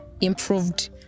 improved